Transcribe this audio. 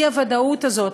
האי-ודאות הזאת,